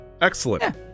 Excellent